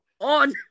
On